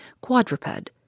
quadruped